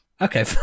Okay